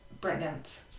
brilliant